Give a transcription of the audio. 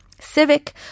civic